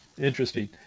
Interesting